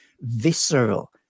visceral